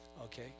okay